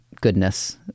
goodness